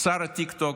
שר הטיקטוק